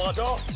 ah don't